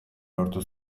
lortu